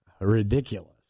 Ridiculous